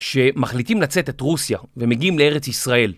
שמחליטים לצאת את רוסיה ומגיעים לארץ ישראל.